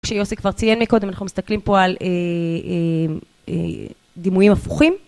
כשיוסי כבר ציין מקודם אנחנו מסתכלים פה על דימויים הפוכים.